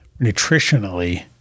nutritionally